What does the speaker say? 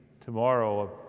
tomorrow